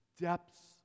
depths